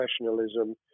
professionalism